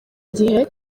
gihe